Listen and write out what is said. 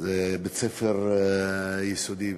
בית-הספר היסודי ברטעה.